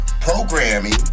Programming